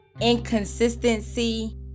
inconsistency